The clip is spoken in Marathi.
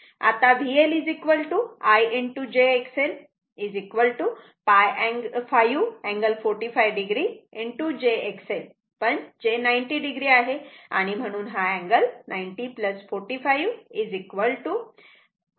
आता VL I j XL 5 angle 45 o j XL पण j 90 o आहे म्हणून हा अँगल 90 45 135 o आहे